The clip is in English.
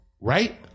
right